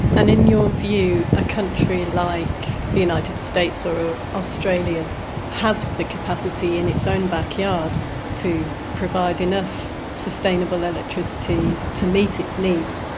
and in your view, a country like the united states or australia has the capacity in its own backyard to provide enough sustainable electricity to meet its needs?